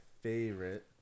favorite